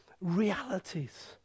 realities